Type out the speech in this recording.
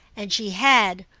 and she had,